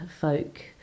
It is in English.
folk